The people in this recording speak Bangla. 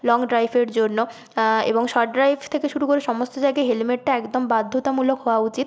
লং ড্রাইভের জন্য এবং শর্ট ড্রাইভ থেকে শুরু করে সমস্ত জায়গায় হেলমেটটা একদম বাধ্যতামূলক হওয়া উচিত